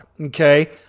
okay